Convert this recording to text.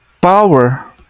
power